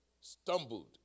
stumbled